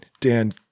Dan